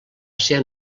ser